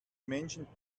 menschen